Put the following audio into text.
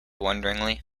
wonderingly